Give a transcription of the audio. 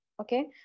okay